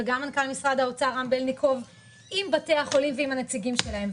מנכ"ל משרד האוצר רם בלינקוב עם בתי החולים ועם הנציגים שלהם.